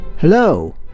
Hello